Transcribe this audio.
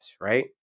right